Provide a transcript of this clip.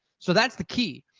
so that's the key.